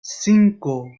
cinco